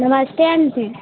नमस्ते ऑंटी